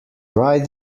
right